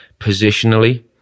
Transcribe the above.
positionally